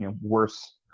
worse